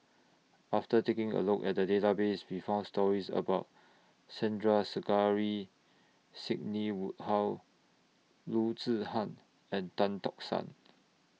after taking A Look At The Database We found stories about Sandrasegaran Sidney Woodhull Loo Zihan and Tan Tock San